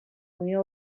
unió